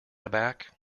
aback